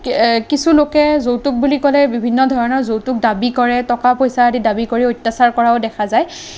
কিছু লোকে যৌতুক বুলি ক'লে বিভিন্ন ধৰণৰ যৌতুক দাবী কৰে টকা পইচা আদি দাবী কৰে অত্য়াচাৰ কৰাও দেখা যায়